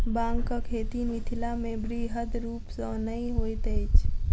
बांगक खेती मिथिलामे बृहद रूप सॅ नै होइत अछि